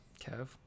Kev